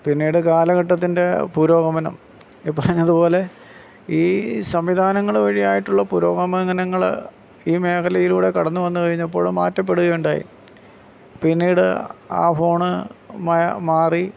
പിന്നീട് കാലഘട്ടത്തിൻ്റെ പുരോഗമനം ഈ പറഞ്ഞതു പോലെ ഈ സംവിധാനങ്ങൾ വഴിയായിട്ടുള്ള പുരോഗമനങ്ങൾ ഈ മേഖലയിലൂടെ കടന്നുവന്ന് കഴിഞ്ഞപ്പോഴും മാറ്റപ്പെടുകയുണ്ടായി പിന്നീട് ആ ഫോണ് മാറി